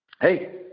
hey